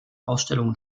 ausstellungen